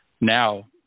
now